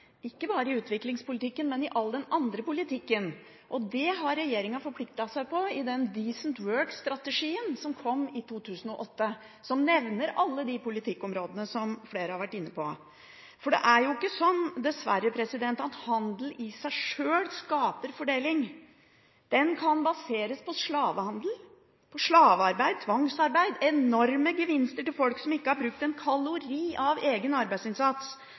ikke bare i utviklingspolitikken, men også i den andre politikken. Det har regjeringen forpliktet seg til i «decent work»-strategien som kom i 2008, som nevner alle de politikkområdene som flere har vært inne på. Det er ikke sånn, dessverre, at handel i seg sjøl skaper fordeling. Den kan baseres på slavehandel – på slavearbeid, tvangsarbeid – med enorme gevinster til folk som ikke har brukt en kalori av egen arbeidsinnsats,